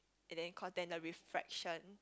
and then caught then the reflection